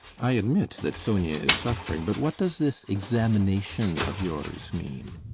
i admit that sonia is suffering, but what does this examination of yours mean?